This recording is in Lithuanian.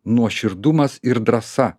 nuoširdumas ir drąsa